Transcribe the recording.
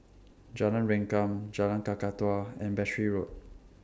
Jalan Rengkam Jalan Kakatua and Battery Road